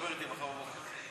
(אומר בערבית: